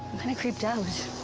i'm gonna creeped out